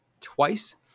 twice